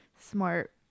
smart